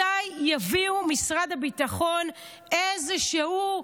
מתי יביאו במשרד הביטחון איזשהו,